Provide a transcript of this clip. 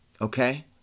Okay